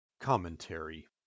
Commentary